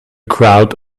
crowd